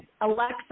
Alexa